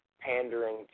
pandering